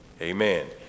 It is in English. amen